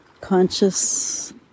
conscious